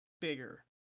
bigger